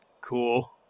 Cool